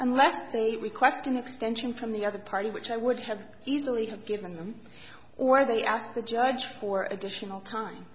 unless they request an extension from the other party which i would have easily have given them or they ask the judge for additional time